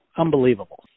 unbelievable